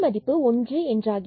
பின்பு 1 என்றாகிறது